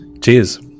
cheers